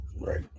Right